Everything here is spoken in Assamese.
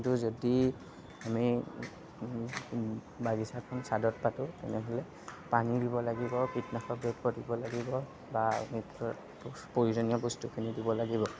কিন্তু যদি আমি বাগিচাখন ছাদত পাতোঁ তেনেহ'লে পানী দিব লাগিব কীটনাশক দ্ৰব্য দিব লাগিব বা বা প্ৰয়োজনীয় বস্তুখিনি দিব লাগিব